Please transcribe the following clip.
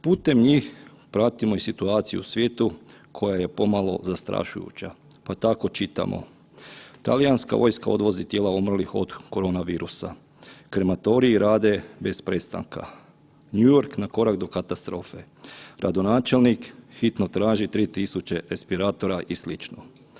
Putem njih pratimo i situaciju u svijetu koja je pomalo zastrašujuća, pa tako čitamo, talijanska vojska odvozi tijela umrlih od korona virusa, krematoriji rade bez prestanka New York na korak do katastrofe, gradonačelnik hitno traži 3.000 respiratora i sl.